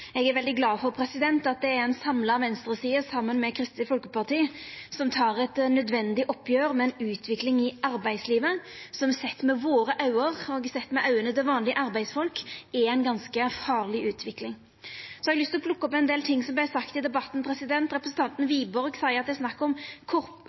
Eg er veldig glad for at det er ei samla venstreside, saman med Kristeleg Folkeparti, som tek eit nødvendig oppgjer med ei utvikling i arbeidslivet som, sett med auga våre og auga til vanlege arbeidsfolk, er ei ganske farleg utvikling. Eg har lyst å plukka opp nokre ting som vart sagde i debatten. Representanten Wiborg sa at det er snakk om korte oppdrag, og at ein då må ha moglegheit til å